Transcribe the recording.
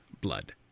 blood